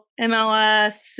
MLS